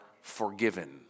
forgiven